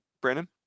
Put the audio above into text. Brandon